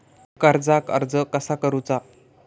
कर्जाक अर्ज कसा करुचा?